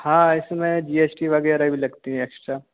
हाँ इसमें G S T वगैरह भी लगती है एक्स्ट्रा